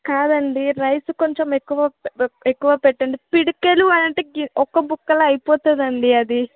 కాదండి రైసు కొంచెం ఎక్కువ ఎక్కువ పెట్టండి పిడికెలు అనంటే ఒక గుక్కలో అయిపోతదండి అది